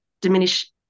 diminish